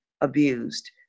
abused